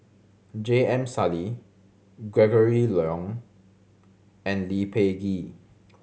J M Sali Gregory Yong and Lee Peh Gee